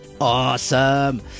Awesome